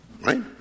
right